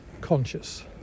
conscious